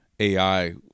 AI